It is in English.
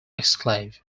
exclave